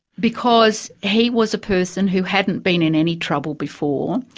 because he was a person who hadn't been in any trouble before.